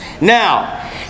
Now